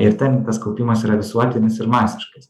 ir ten tas kaupimas yra visuotinis ir masiškas